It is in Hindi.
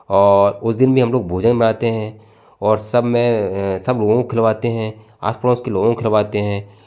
और उस दिन भी हम लोग भोजन बनाते हैं और सब में सब लोगों को खिलवाते हैं आस पड़ोस के लोगों को खिलवाते हैं